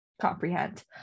comprehend